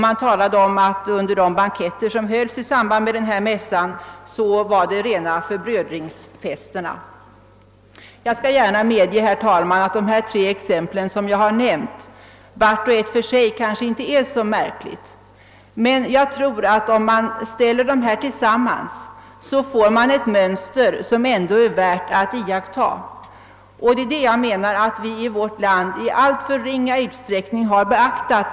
Man talade också om att de banketter som hölls i samband med mässan var rena förbrödringsfesterna. Jag skall gärna medge, herr talman, att de tre exempel som jag nämnt vart och ett för sig kanske inte är så märkligt, men om man ställer dem tillsammans får man ett mönster som ändå är värt att iakttaga. Jag menar att det är detta som vi i vårt land i alltför ringa utsträckning har beaktat.